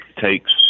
takes